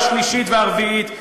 ולא השלישית והרביעית,